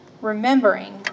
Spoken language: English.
remembering